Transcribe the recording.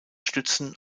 stützen